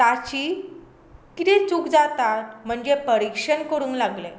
ताची कितें चूक जाता म्हणजे परिक्षण करूंक लागलें